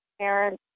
parents